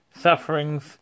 sufferings